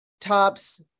tops